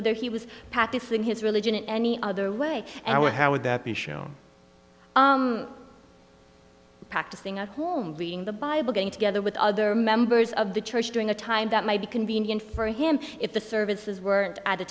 whether he was pattison his religion in any other way and would how would that be shown practicing a home reading the bible going together with other members of the church during a time that might be convenient for him if the services weren't at